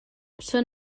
són